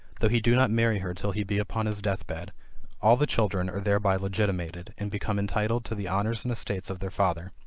though he do not marry her till he be upon his death-bed, all the children are thereby legitimated and become entitled to the honors and estates of their father.